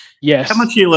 Yes